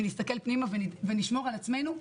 נסתכל פנימה ונשמור על עצמנו.